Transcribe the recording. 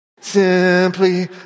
Simply